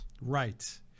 Right